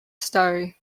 stari